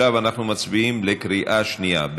עכשיו אנחנו מצביעים בקריאה שנייה.